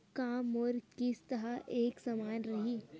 का मोर किस्त ह एक समान रही?